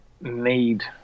need